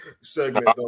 segment